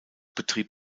betrieb